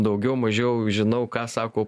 daugiau mažiau žinau ką sako